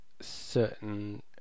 certain